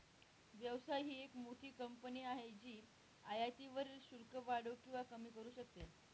व्यवसाय ही एक मोठी कंपनी आहे जी आयातीवरील शुल्क वाढवू किंवा कमी करू शकते